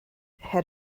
had